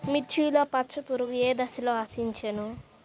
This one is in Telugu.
మిర్చిలో పచ్చ పురుగు ఏ దశలో ఆశించును?